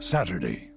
Saturday